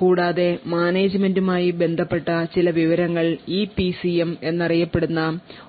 കൂടാതെ മാനേജ്മെൻറുമായി ബന്ധപ്പെട്ട ചില വിവരങ്ങൾ ഇപിസിഎം എന്നറിയപ്പെടുന്ന